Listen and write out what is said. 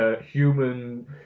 human